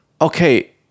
Okay